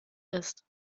ist